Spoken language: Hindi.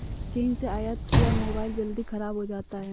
चीन से आयत किया मोबाइल जल्दी खराब हो जाता है